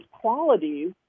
qualities